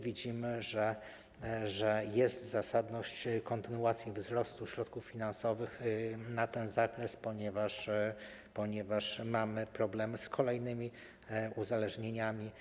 Widzimy, że jest zasadność kontynuacji wzrostu środków finansowych w tym zakresie, ponieważ mamy problemy z kolejnymi uzależnieniami.